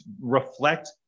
reflect